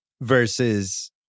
versus